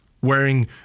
wearing